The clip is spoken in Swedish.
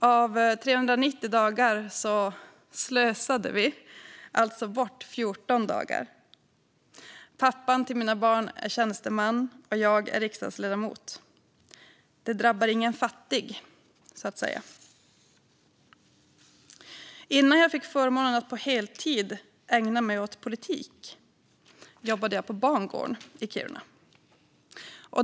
Av 390 dagar "slösade" vi alltså bort 14 dagar. Pappan till mina barn är tjänsteman, och jag är riksdagsledamot - det drabbade ingen fattig, så att säga. Innan jag fick förmånen att på heltid ägna mig åt politik jobbade jag på bangården i Kiruna.